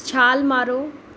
ਛਾਲ ਮਾਰੋ